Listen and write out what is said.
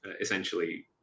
essentially